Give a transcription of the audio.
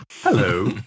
hello